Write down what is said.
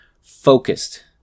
focused